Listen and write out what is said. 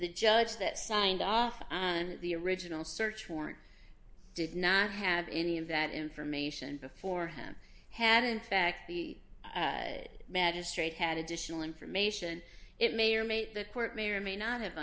the judge that signed off and the original search warrant did not have any of that information before him had in fact the magistrate had additional information it may or may the court may or may not have